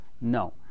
No